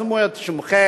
שימו את שמכם,